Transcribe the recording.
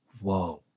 whoa